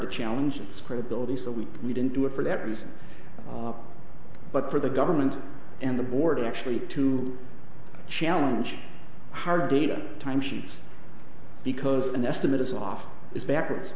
to challenge its credibility so we read into it for that reason but for the government and the board actually to challenge hard data time sheets because an estimate is off is backwards